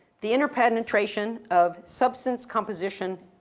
the inner penetration of substance, composition,